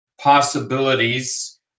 possibilities